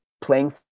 playing